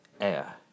air